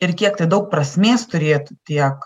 ir kiek tai daug prasmės turėtų tiek